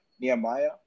Nehemiah